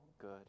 good